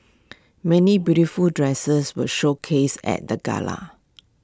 many beautiful dresses were showcased at the gala